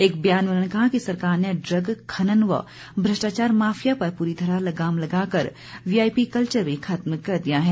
एक बयान में उन्होंने कहा कि सरकार ने ड्रग खनन व भ्रष्टाचार माफिया पर पूरी तरह लगाम लगा कर वीआईपी कल्चर भी खत्म कर दिया है